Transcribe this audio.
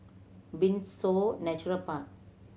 Windsor Nature Park